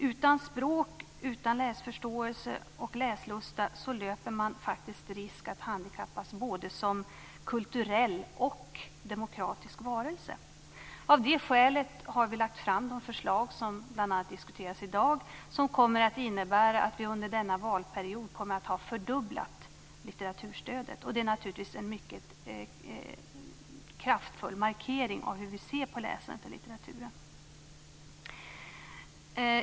Utan språk, utan läsförståelse och läslusta löper man faktiskt risk att handikappas både som kulturell och demokratisk varelse. Av det skälet har vi lagt fram de förslag som bl.a. diskuteras i dag, som kommer att innebära att vi under denna valperiod kommer att ha fördubblat litteraturstödet. Det är naturligtvis en mycket kraftfull markering av hur vi ser på läsandet och litteraturen.